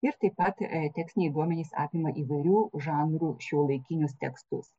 ir taip pat tekstiniai duomenys apima įvairių žanrų šiuolaikinius tekstus